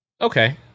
okay